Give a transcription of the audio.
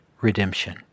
redemption